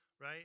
right